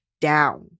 down